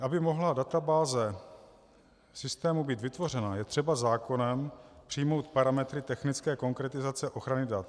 Aby mohla databáze systému být vytvořena, je třeba zákonem přijmout parametry technické konkretizace ochrany dat.